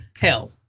hell